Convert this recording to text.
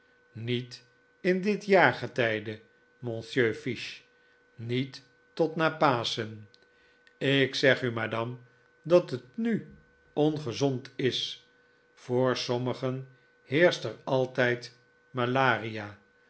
niet in dit jaargetijde monsieur fiche niet tot na paschen ik zeg u madame dat het nu ongezond is voor sommigen heerscht er altijd malaria